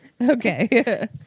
Okay